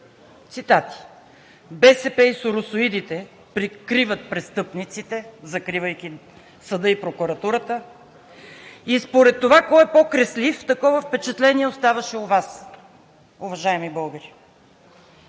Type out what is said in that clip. цитат: „БСП и соросоидите прикриват престъпниците, закривайки съда и прокуратурата според това кой е по-креслив“ – такова впечатление оставаше у Вас. Уважаеми българи,